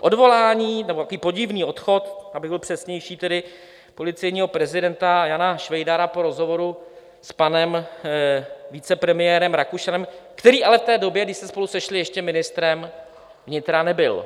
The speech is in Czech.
Odvolání nebo takový podivný odchod, abych byl přesnější tedy, policejního prezidenta Jana Švejdara po rozhovoru s panem vicepremiérem Rakušanem, který ale v té době, když se spolu sešli, ještě ministrem vnitra nebyl.